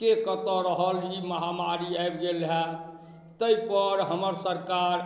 के कतऽ रहल ई महामारी आबि गेल रहै ताहिपर हमर सरकार